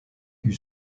eut